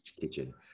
kitchen